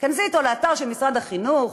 תיכנסי אתו לאתר של משרד החינוך,